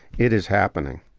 it is happening.